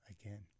again